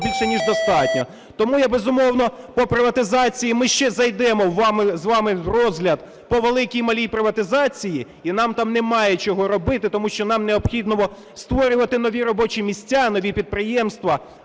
більше ніж достатньо. Тому, безумовно, по приватизації ми ще зайдемо з вами в розгляд по великій і малій приватизації. І нам там немає чого робити, бо нам необхідно створювати нові робочі місця, нові підприємства,